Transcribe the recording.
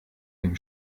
dem